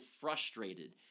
frustrated